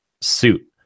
suit